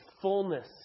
fullness